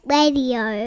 Radio